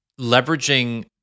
leveraging